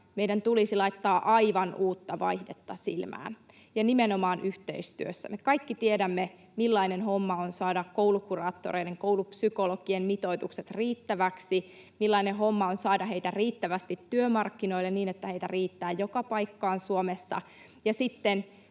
meidän tulisi laittaa aivan uutta vaihdetta silmään, ja nimenomaan yhteistyössä. Me kaikki tiedämme, millainen homma on saada koulukuraattoreiden, koulupsykologien mitoitukset riittäviksi, millainen homma on saada heitä riittävästi työmarkkinoille, niin että heitä riittää joka paikkaan Suomessa, ja sitten